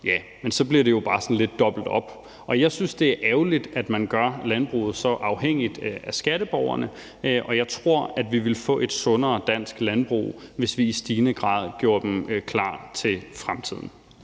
Ja, men så bliver det jo bare sådan lidt dobbelt op. Jeg synes, at det er ærgerligt, at man gør landbruget så afhængigt af skatteborgerne, og jeg tror, at vi ville få et sundere dansk landbrug, hvis vi i stigende grad gjorde dem klar til fremtiden.